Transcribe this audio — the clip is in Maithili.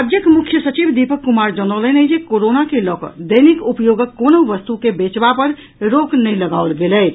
राज्यक मुख्य सचिव दीपक कुमार जनौलनि अछि जे कोरोना के लऽ कऽ दैनिक उपयोगक कोनहुँ वस्तु के बेचबा पर रोक नहि लगाओल गेल अछि